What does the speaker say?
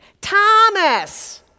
Thomas